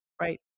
Right